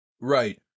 Right